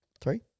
three